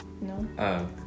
No